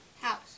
house